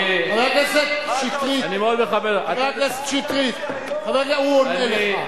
חבר הכנסת שטרית, הוא עונה לך.